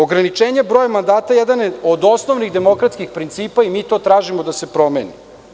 Ograničenje broja mandata jedan je od osnovnih demokratskih principa i mi to tražimo da se promeni.